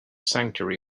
sanctuary